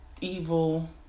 evil